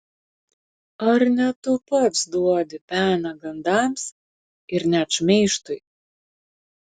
ar ne tu pats duodi peną gandams ir net šmeižtui